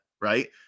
Right